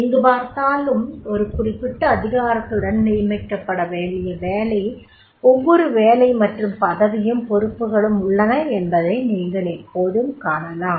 எங்கு பார்த்தாலும் ஒரு குறிப்பிட்ட அதிகாரத்துடன் நியமிக்கப்பட வேண்டிய ஒவ்வொரு வேலை மற்றும் பதவியும் பொறுப்புகளும் உள்ளன என்பதை நீங்கள் எப்போதும் காணலாம்